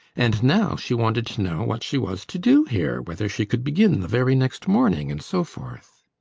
and now she wanted to know what she was to do here whether she could begin the very next morning, and so forth.